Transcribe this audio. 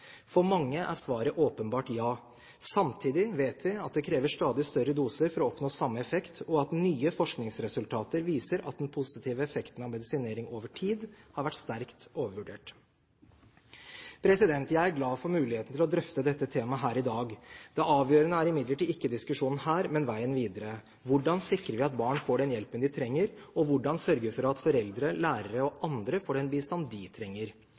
For mange er svaret åpenbart ja. Samtidig vet vi at det kreves stadig større doser for å oppnå samme effekt, og at nye forskningsresultater viser at den positive effekten av medisinering over tid har vært sterkt overvurdert. Jeg er glad for muligheten til å drøfte dette temaet her i dag. Det avgjørende er imidlertid ikke diskusjonen her, men veien videre. Hvordan sikrer vi at barn får den hjelpen de trenger? Hvordan sørger vi for at foreldre, lærere og andre får den bistand de trenger?